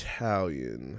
Italian